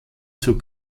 zur